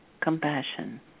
compassion